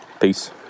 Peace